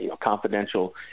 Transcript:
confidential